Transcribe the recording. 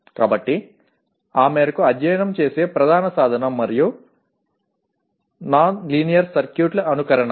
కాబట్టి ఆ మేరకు అధ్యయనం చేసే ప్రధాన సాధనం మరియు నాన్ లీనియర్ సర్క్యూట్ అనుకరణ